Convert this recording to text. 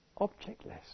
Objectless